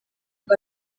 ngo